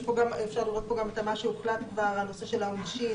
אפשר לראות כאן גם את מה שהוחלט בנושא של העונשים.